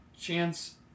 chance